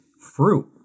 fruit